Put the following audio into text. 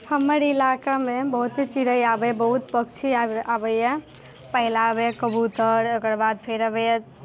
हमर इलाकामे बहुते चिड़ै आबैत बहुत पक्षी आबैए पहिने अबैए कबूतर ओकर बाद फेर अबैए